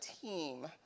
team